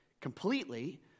completely